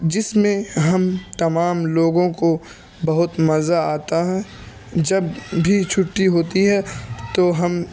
جس میں ہم تمام لوگوں کو بہت مزہ آتا ہے جب بھی چھٹی ہوتی ہے تو ہم